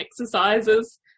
exercises